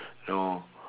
know